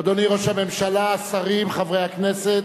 אדוני ראש הממשלה, השרים, חברי הכנסת,